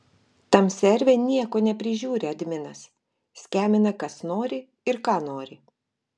tam serve nieko neprižiūri adminas skemina kas nori ir ką nori